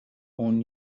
اون